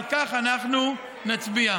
ועל כך אנחנו נצביע.